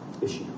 issue